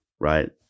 Right